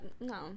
no